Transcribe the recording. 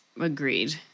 Agreed